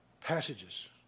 passages